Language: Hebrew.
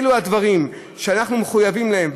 אלו הדברים שאנחנו מחויבים להם,